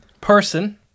person